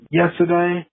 yesterday